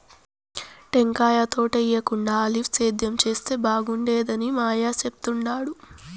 టెంకాయ తోటేయేకుండా ఆలివ్ సేద్యం చేస్తే బాగుండేదని మా అయ్య చెప్తుండాడు